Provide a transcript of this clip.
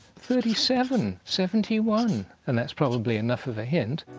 thirty seven, seventy one and that's probably enough of a hint.